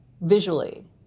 visually